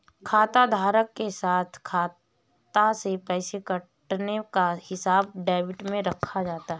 खाताधारक के खाता से पैसे कटने का हिसाब डेबिट में रखा जाता है